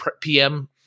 PM